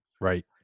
Right